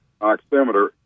Oximeter